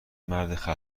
مرد